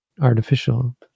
artificial